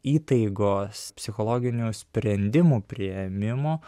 įtaigos psichologinių sprendimų priėmimo